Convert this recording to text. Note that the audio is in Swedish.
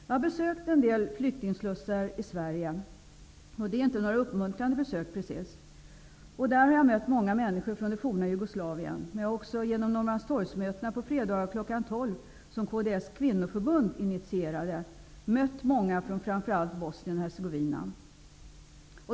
Jag har besökt en del flyktingslussar i Sverige. Det är inte några uppmuntrande besök precis. Där har jag mött många människor från det forna Jugoslavien. Jag har också genom fredagsmötena kl. 12 på Norrmalms torg -- som kds kvinnoförbund initierade -- mött många från framför allt Bosnien Hercegovina.